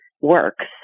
works